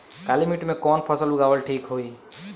काली मिट्टी में कवन फसल उगावल ठीक होई?